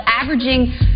averaging